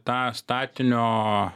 tą statinio